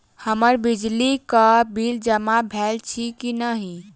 हम्मर बिजली कऽ बिल जमा भेल अछि की नहि?